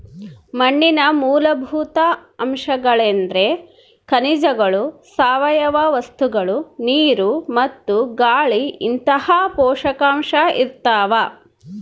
ಮಣ್ಣಿನ ಮೂಲಭೂತ ಅಂಶಗಳೆಂದ್ರೆ ಖನಿಜಗಳು ಸಾವಯವ ವಸ್ತುಗಳು ನೀರು ಮತ್ತು ಗಾಳಿಇಂತಹ ಪೋಷಕಾಂಶ ಇರ್ತಾವ